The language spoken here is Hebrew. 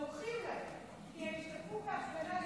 לוקחים להם כי הם השתתפו בהפגנה,